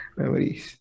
memories